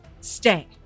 stay